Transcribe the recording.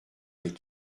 les